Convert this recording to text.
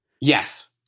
yes